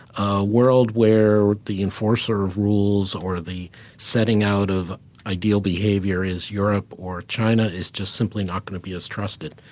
a world where the enforcer of rules or the setting out of ideal behavior is europe or china is just simply not going to be as trusted.